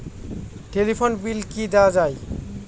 Telephone bill কি দেওয়া যায়?